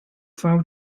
five